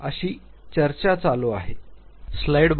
अशी चर्चा चालू आहे